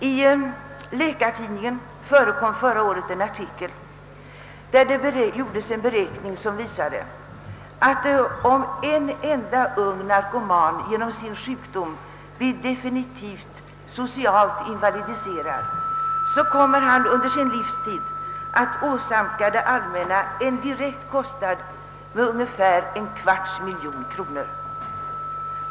I Läkartidningen förekom förra året en artikel där det gjordes en beräkning som visade, att en enda ung narkoman, om han genom sin sjukdom blir definitivt socialt invalidiserad, under sin livstid kommer att åsamka det allmänna en direkt kostnad på ungefär en kvarts miljon kronor.